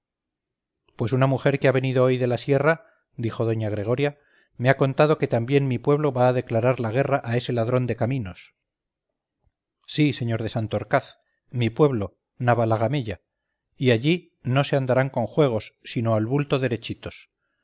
pues una mujer que ha venido hoy de la sierra dijo doña gregoria me ha contado que también mi pueblo va a declarar la guerra a ese ladrón de caminos sí sr de santorcaz mi pueblo navalagamella y allí no se andarán con juegos sino al bulto derechitos